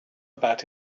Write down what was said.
about